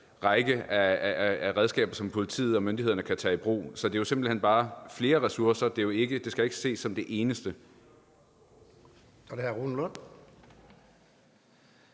række af redskaber, som politiet og myndighederne kan tage i brug. Så det er jo simpelt hen bare flere ressourcer – det skal ikke ses som det eneste.